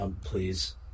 Please